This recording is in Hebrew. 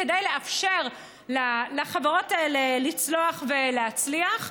כדי לאפשר לחברות האלה לצלוח ולהצליח.